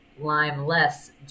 Lime-less